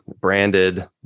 branded